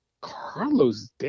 Carlos